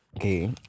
Okay